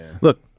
Look